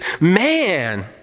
man